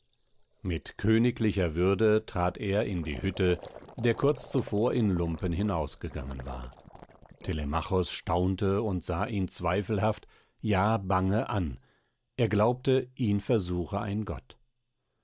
mit königlicher würde trat er in die hütte der kurz zuvor in lumpen hinausgegangen war telemachos staunte und sah ihn zweifelhaft ja bange an er glaubte ihn versuche ein gott